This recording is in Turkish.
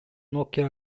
nokia